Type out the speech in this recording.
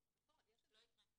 לא יקרה.